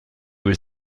was